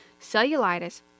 cellulitis